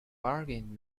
bargain